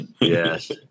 Yes